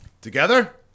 Together